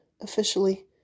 officially